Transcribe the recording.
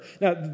Now